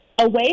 away